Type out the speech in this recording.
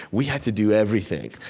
we had to do everything,